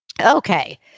Okay